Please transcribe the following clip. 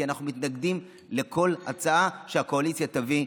כי אנחנו מתנגדים לכל הצעה שהקואליציה תביא,